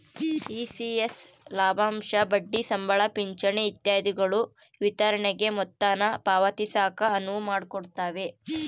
ECS ಲಾಭಾಂಶ ಬಡ್ಡಿ ಸಂಬಳ ಪಿಂಚಣಿ ಇತ್ಯಾದಿಗುಳ ವಿತರಣೆಗೆ ಮೊತ್ತಾನ ಪಾವತಿಸಾಕ ಅನುವು ಮಾಡಿಕೊಡ್ತತೆ